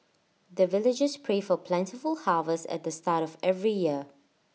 the villagers pray for plentiful harvest at the start of every year